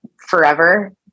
forever